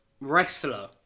wrestler